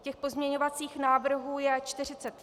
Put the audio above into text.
Těch pozměňovacích návrhů je 43.